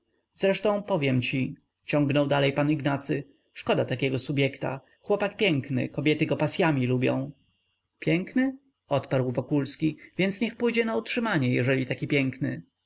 zresztą powiem ci ciągnął dalej pan ignacy szkoda takiego subjekta chłopak piękny kobiety go pasyami lubią piękny odparł wokulski więc niech pójdzie na utrzymanie jeżeli taki piękny